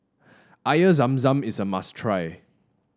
Air Zam Zam is a must try